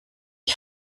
ich